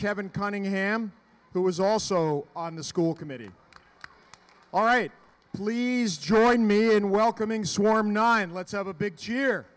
kevin cunningham who was also on the school committee all right please join me in welcoming swarm nine let's have a big